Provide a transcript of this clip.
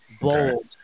bold